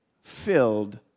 filled